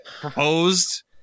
proposed